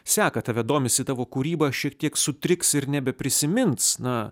seka tave domisi tavo kūryba šiek tiek sutriks ir nebeprisimins na